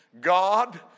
God